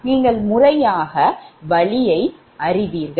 நீங்கள் முறையான வழியை அறிவீர்கள்